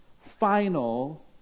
final